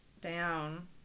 down